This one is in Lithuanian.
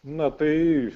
na tai